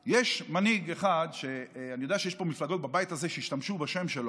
יש מנהיג אחד שאני יודע שיש פה מפלגות בבית הזה שהשתמשו בשם שלו,